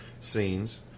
scenes